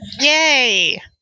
Yay